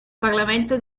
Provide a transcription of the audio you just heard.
parlamento